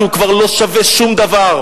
כי הוא כבר לא שווה שום דבר.